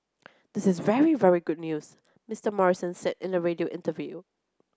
this is very very good news Mister Morrison said in a radio interview